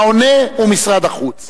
העונה הוא משרד החוץ.